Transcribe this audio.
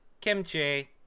Kimchi